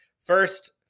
first